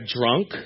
drunk